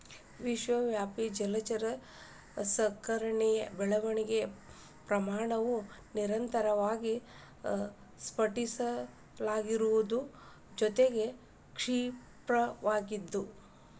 ವಿಶ್ವವ್ಯಾಪಿ ಜಲಚರ ಸಾಕಣೆಯ ಬೆಳವಣಿಗೆಯ ಪ್ರಮಾಣವು ನಿರಂತರವಾಗಿ ಸಲ್ಪಟ್ಟಿರುವುದರ ಜೊತೆಗೆ ಕ್ಷಿಪ್ರವಾಗಿದ್ದು